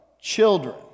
children